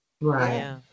right